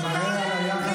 כשהמעשה הוא מעשה טרור,